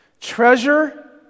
treasure